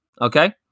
Okay